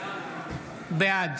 בעד